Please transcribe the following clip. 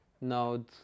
node